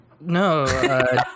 No